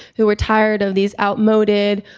who were tired of these outmoded,